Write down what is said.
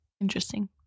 Interesting